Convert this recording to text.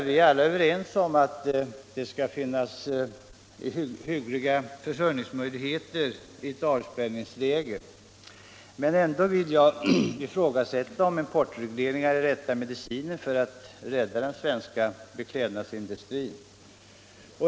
Vi är alla överens om att det skall finnas hyggliga försörjningsmöjligheter i ett avspärrningsläge. Men ändå vill jag ifrågasätta om importregleringar är rätta medicinen för att rädda den svenska beklädnadsindustrin.